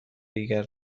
دیگر